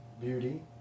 beauty